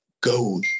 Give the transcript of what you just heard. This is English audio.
go